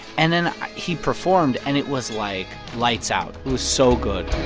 and then he performed. and it was, like, lights out. it was so good